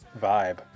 vibe